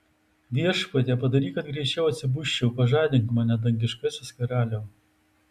viešpatie padaryk kad greičiau atsibusčiau pažadink mane dangiškasis karaliau